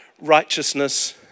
righteousness